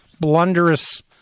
blunderous